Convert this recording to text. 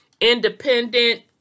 independent